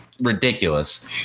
ridiculous